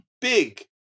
big